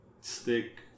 stick